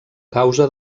causa